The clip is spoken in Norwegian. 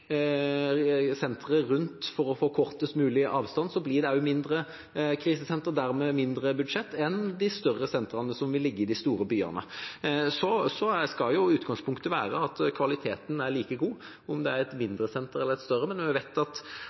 rundt omkring og for å få kortest mulig avstand blir det også mindre krisesentre og dermed mindre budsjett enn for de større sentrene, som vil ligge i de store byene. Så skal jo utgangspunktet være at kvaliteten er like god enten det er et mindre senter eller et større, men jeg vet at